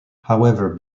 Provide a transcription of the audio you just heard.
however